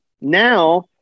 Now